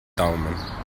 daumen